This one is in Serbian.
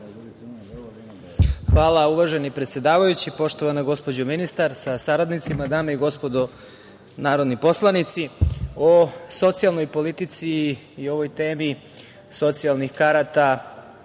Hvala, uvaženi predsedavajući. Poštovana gospođo ministar sa saradnicima, dame i gospodo narodni poslanici, o socijalnoj politici i o ovoj temi socijalnih karata